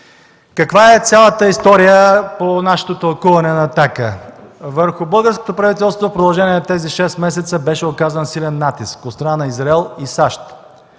Каква е цялата история по тълкуването на „Атака”? Върху българското правителство в продължение на тези шест месеца беше оказан силен натиск от страна на Израел и САЩ